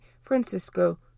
Francisco